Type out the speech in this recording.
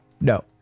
No